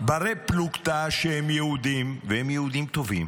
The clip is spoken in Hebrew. בני פלוגתא שהם יהודים, והם יהודים טובים